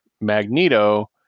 Magneto